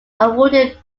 awarded